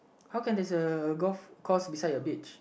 how can there's a golf course beside your beach